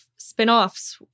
spinoffs